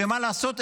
ומה לעשות,